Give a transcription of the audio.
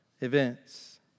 events